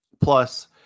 Plus